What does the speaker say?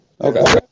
Okay